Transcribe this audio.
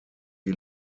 die